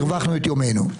הרווחנו את יומנו.